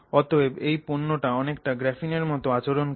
অতএব এই পণ্য টা অনেকটা গ্রাফিনের মতন আচরণ করে